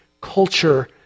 culture